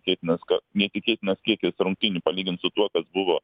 neįtikėtinas ka neįtikėtinas kiekis rungtynių palygint su tuo kas buvo